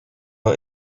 are